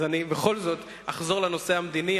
בכל זאת, אני אחזור לנושא המדיני.